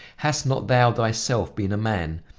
hast not thou thyself been a man?